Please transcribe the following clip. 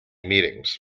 meetings